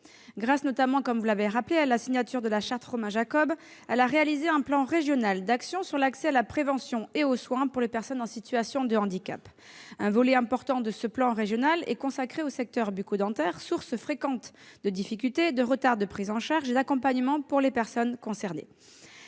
santé. Notamment grâce à la signature de la charte Romain Jacob, elle a réalisé un plan régional d'actions sur l'accès à la prévention et aux soins pour les personnes en situation de handicap. Un volet important de ce plan régional est consacré au secteur bucco-dentaire, source fréquente de difficultés, de retards de prise en charge et d'accompagnement pour les personnes concernées.